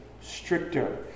stricter